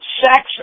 sex